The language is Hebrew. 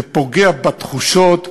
זה פוגע בתחושות,